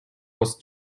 was